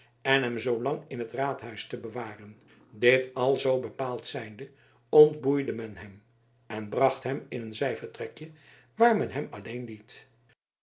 en hem zoolang in het raadhuis te bewaren dit alzoo bepaald zijnde ontboeide men hem en bracht hem in een zijvertrekje waar men hem alleen liet